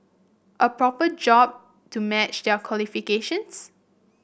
a proper job to match their qualifications